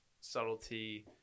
subtlety